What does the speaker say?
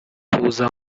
tuza